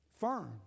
firm